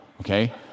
okay